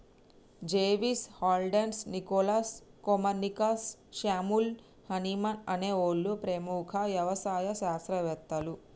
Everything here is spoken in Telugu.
జెవిస్, Haldane, Nicolas, Copernicus, Samuel Hahnemann అనే ఓళ్ళు ప్రముఖ యవసాయ శాస్త్రవేతలు